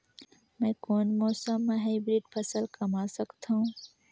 मै कोन मौसम म हाईब्रिड फसल कमा सकथव?